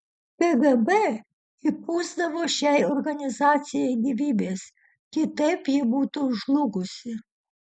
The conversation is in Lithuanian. kgb įpūsdavo šiai organizacijai gyvybės kitaip ji būtų žlugusi